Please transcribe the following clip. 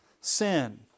sin